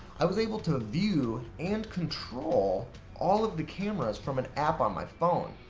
i was able to view and control all of the cameras from an app on my phone.